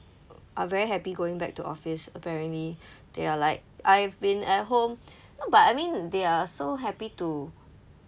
are very happy going back to office apparently they are like I've been at home no but I mean they are so happy to